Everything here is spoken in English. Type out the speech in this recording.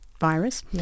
virus